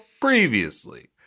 previously